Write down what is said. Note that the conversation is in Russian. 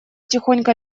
тихонько